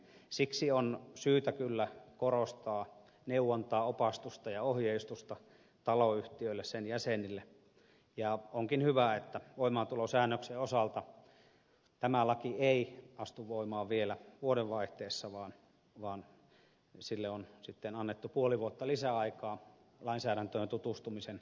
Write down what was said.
siksi on syytä kyllä korostaa neuvontaa opastusta ja ohjeistusta taloyhtiölle sen jäsenille ja onkin hyvä että voimaantulosäännöksen osalta tämä laki ei astu voimaan vielä vuodenvaihteessa vaan sille on sitten annettu puoli vuotta lisäaikaa lainsäädäntöön tutustumisen vuoksi